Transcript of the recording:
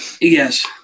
Yes